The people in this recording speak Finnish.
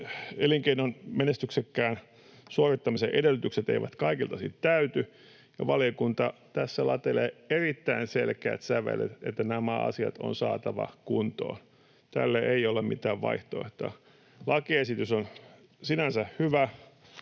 elinkeinon menestyksekkään suorittamisen edellytykset eivät kaikilta osin täyty. Valiokunta tässä latelee erittäin selkeät sävelet, että nämä asiat on saatava kuntoon. Tälle ei ole mitään vaihtoehtoa. Lakiesitys on sinänsä hyvä,